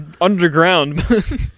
underground